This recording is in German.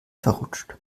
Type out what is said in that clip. verrutscht